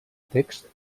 text